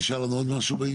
נשאר לנו עוד משהו בעניין?